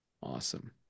Awesome